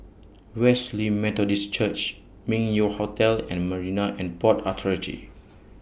Wesley Methodist Church Meng Yew Hotel and Marine and Port Authority